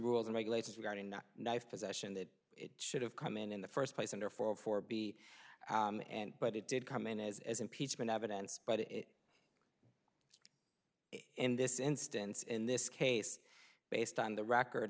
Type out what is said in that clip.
rules and regulations regarding the knife possession that it should have come in in the first place under four four b and but it did come in as as impeachment evidence but it in this instance in this case based on the record